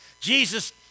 Jesus